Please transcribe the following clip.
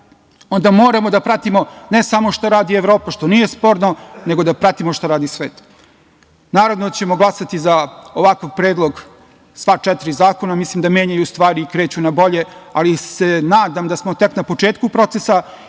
onda moramo da pratimo ne samo što radi Evropa, što nije sporno, nego da pratimo šta radi svet. Naravno da ćemo glasati za ovakav predlog sva četiri zakona mislim da menjaju stvari i kreću na bolje, ali se nadam da smo tek na početku procesa